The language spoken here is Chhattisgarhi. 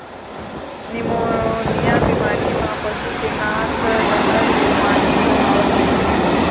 निमोनिया बेमारी म पशु के नाक डाहर ले पानी बोहावत रहिथे